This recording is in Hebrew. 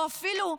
או אפילו,